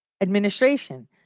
administration